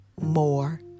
more